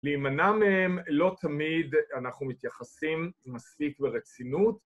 להימנע מהם לא תמיד אנחנו מתייחסים מספיק ברצינות.